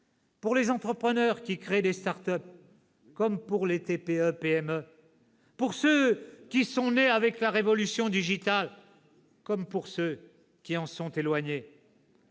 pour les entrepreneurs qui créent des start-up comme pour les TPE-PME, pour ceux qui sont nés avec la révolution digitale comme pour ceux qui en sont éloignés.